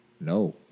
no